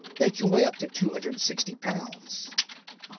they can weigh up to two hundred and sixty pounds.